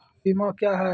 बीमा क्या हैं?